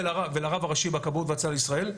אמר לי ולרב הראשי בכבאות והצלה בישראל,